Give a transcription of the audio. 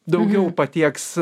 daugiau patieks